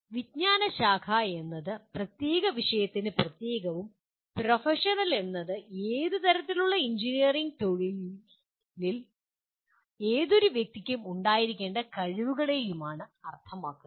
വിജ്ഞാനശാഖ എന്നത് പ്രത്യേക വിഷയത്തിന് പ്രത്യേകവും പ്രൊഫഷണൽ എന്നത് ഏതെങ്കിലും തരത്തിലുള്ള എഞ്ചിനീയറിംഗ് തൊഴിലിൽ ഏതൊരു വ്യക്തിക്കും ഉണ്ടായിരിക്കേണ്ട കഴിവുകളെയാണ് അർത്ഥമാക്കുന്നത്